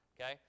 okay